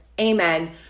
Amen